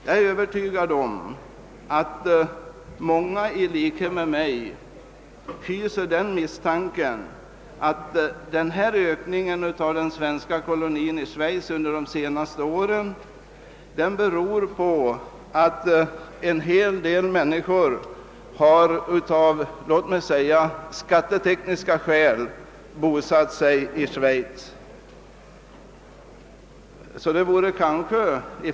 Jag är övertygad om att många i likhet med mig hyser den misstanken att denna ökning av den svenska kolonin i Schweiz beror på att en hel del människor av skattetekniska skäl har bosatt sig där.